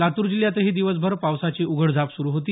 लातूर जिल्ह्यातही दिवसभर पावसाची उघडझाप सुरू होती